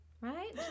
Right